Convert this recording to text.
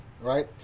Right